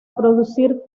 producir